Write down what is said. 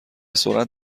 سرعت